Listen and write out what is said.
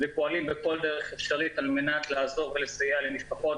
ופועלים בכל דרך אפשרית על מנת לעזור ולסייע למשפחות.